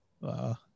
Wow